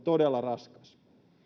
todella raskas